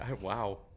wow